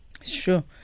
Sure